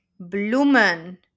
bloemen